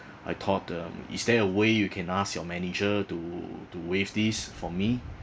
I thought um is there a way you can ask your manager to to waive this for me